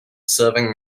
serving